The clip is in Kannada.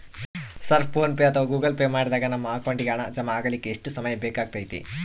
ಸರ್ ಫೋನ್ ಪೆ ಅಥವಾ ಗೂಗಲ್ ಪೆ ಮಾಡಿದಾಗ ನಮ್ಮ ಅಕೌಂಟಿಗೆ ಹಣ ಜಮಾ ಆಗಲಿಕ್ಕೆ ಎಷ್ಟು ಸಮಯ ಬೇಕಾಗತೈತಿ?